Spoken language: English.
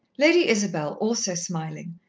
lady isabel, also smiling,